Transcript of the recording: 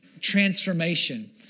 transformation